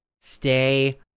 Stay